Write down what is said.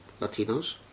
Latinos